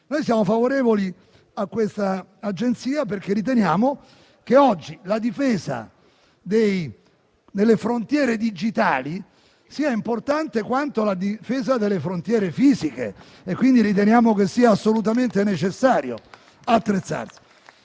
nazionale per la cybersicurezza, perché riteniamo che oggi la difesa delle frontiere digitali sia importante tanto quanto quella delle frontiere fisiche, quindi riteniamo che sia assolutamente necessario attrezzarsi.